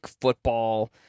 football